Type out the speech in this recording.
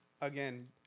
again